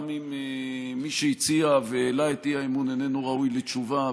גם אם מי שהציע והעלה את האי-אמון איננו ראוי לתשובה,